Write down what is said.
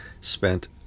spent